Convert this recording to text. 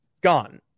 gone